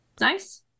Nice